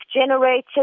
generated